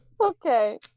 Okay